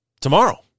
tomorrow